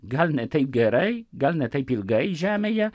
gal ne taip gerai gal ne taip ilgai žemėje